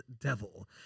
Devil